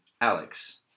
Alex